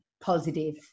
positive